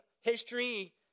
history